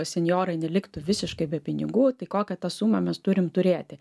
senjorai neliktų visiškai be pinigų tai kokią tą sumą mes turim turėti